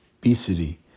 obesity